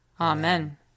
Amen